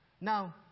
Now